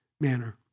manner